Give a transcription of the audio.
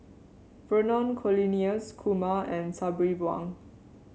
Vernon Cornelius Kumar and Sabri Buang